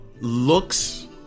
looks